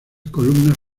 columnas